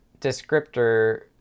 descriptor